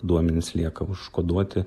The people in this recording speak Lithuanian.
duomenys lieka užkoduoti